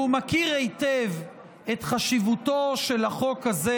והוא מכיר היטב את חשיבותו של החוק הזה